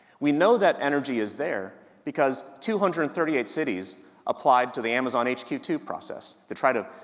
we know that energy is there because two hundred and thirty eight cities applied to the amazon h q two process, to try to,